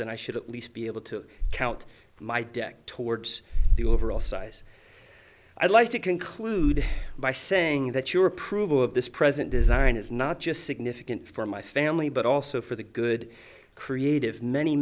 then i should at least be able to count my deck towards the overall size i'd like to conclude by saying that your approval of this present design is not just significant for my family but also for the good creative many